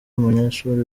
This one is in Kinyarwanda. umunyeshuri